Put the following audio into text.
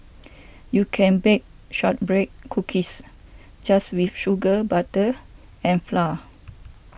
you can bake Shortbread Cookies just with sugar butter and flour